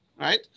Right